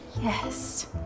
Yes